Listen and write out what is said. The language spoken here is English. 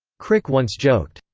crick once joked,